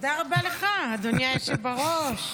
תודה רבה לך, אדוני היושב בראש.